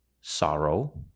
sorrow